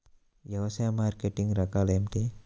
వ్యవసాయ మార్కెటింగ్ రకాలు ఏమిటి?